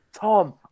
Tom